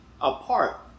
apart